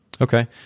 Okay